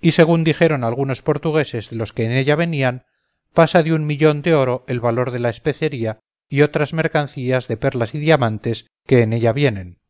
y según dijeron algunos portugueses de los que en ella venían pasa de un millón de oro el valor de la especería y otras mercancías de perlas y diamantes que en ella vienen